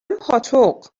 پاتق